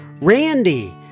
Randy